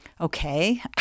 Okay